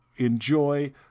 Enjoy